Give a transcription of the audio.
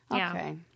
Okay